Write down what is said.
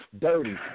Dirty